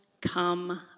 come